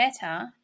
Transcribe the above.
better